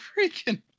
freaking